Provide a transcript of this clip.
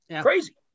Crazy